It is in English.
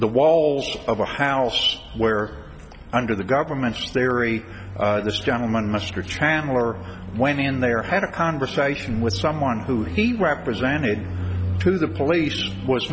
the walls of a house where under the government's theory this gentleman mr chandler went in there had a conversation with someone who he represented to the police